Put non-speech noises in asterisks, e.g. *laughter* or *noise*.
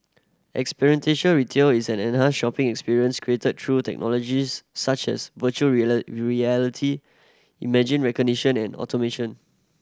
experiential retail is an enhanced shopping experience created through the technologies such as virtual *unintelligible* reality image recognition and automation